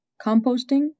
Composting